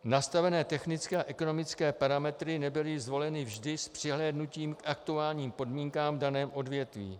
Nastavené technické a ekonomické parametry nebyly zvoleny vždy s přihlédnutím k aktuálním podmínkám v daném odvětví.